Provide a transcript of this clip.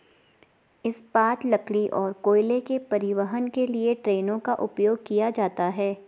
इस्पात, लकड़ी और कोयले के परिवहन के लिए ट्रेनों का उपयोग किया जाता है